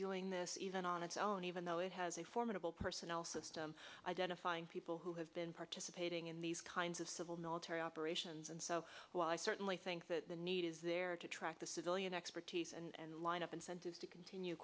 doing this even on its own even though it has a formidable personnel system identifying people who have been participating in these kinds of civil military operations and so i certainly think that the need is there to attract the civilian expertise and line up incentives to continue